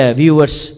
viewers